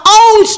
own